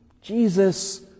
Jesus